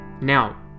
Now